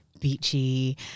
beachy